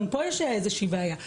גם פה יש איזושהי בעיה.